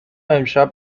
امشب